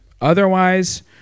Otherwise